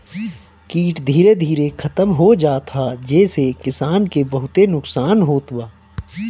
कीट धीरे धीरे खतम होत जात ह जेसे किसान के बहुते नुकसान होत बा